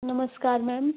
नमस्कार मैम